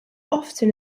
often